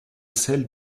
celle